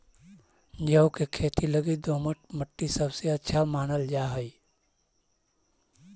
जौ के खेती लगी दोमट मट्टी सबसे अच्छा मानल जा हई